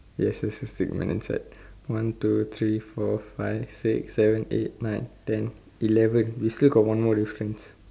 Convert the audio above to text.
yes there's a straight line inside one two three four five six seven eight nine ten eleven we still got one more difference